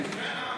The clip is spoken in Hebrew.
כן.